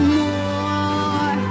more